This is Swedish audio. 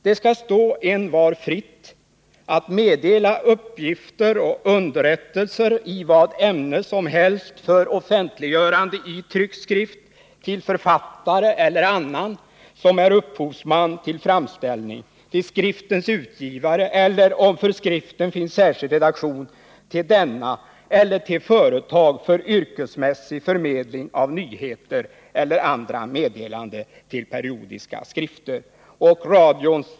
Det skall stå envar fritt att meddela uppgifter och underrättelser i vad ämne som helst för offentliggörande i tryckt skrift till författare eller annan som är upphovsman till framställning, till skriftens utgivare eller, om det för skriften finns särskild redaktion, till denna eller till företag för yrkesmässig förmedling av nyheter eller andra meddelanden till periodiska skrifter.